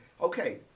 Okay